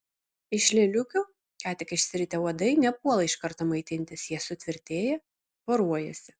iš lėliukių ką tik išsiritę uodai nepuola iš karto maitintis jie sutvirtėja poruojasi